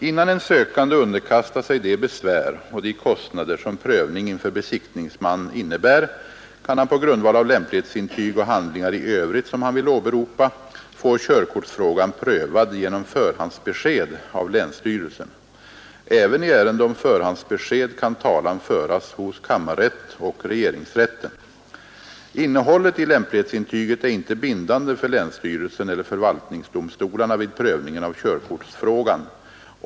Innan en sökande underkastar sig det besvär och de kostnader som prövning inför besiktningsman innebär kan han på grundval av lämplighetsintyg och handlingar i övrigt som han vill åberopa få körkortsfrågan prövad genom förhandsbesked av länsstyrelsen. Även i ärende om förhandsbesked kan talan föras hos kammarrätt och regeringsrätten. Innehållet i lämplighetsintyget är inte bindande för länsstyrelsen eller förvaltningsdomstolarna vid prövningen av körkortsfrågan.